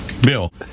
Bill